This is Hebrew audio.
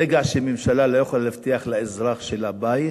ברגע שממשלה לא יכולה להבטיח לאזרח שלה בית,